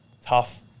tough